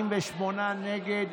48 נגד.